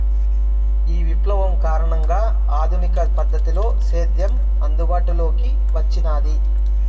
ఈ విప్లవం కారణంగా ఆధునిక పద్ధతిలో సేద్యం అందుబాటులోకి వచ్చినాది